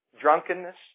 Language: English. drunkenness